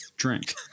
drink